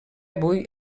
avui